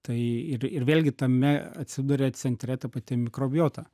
tai ir ir vėlgi tame atsiduria centre ta pati mikrobiota